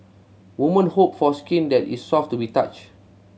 woman hope for skin that is soft to be touch